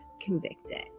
convicted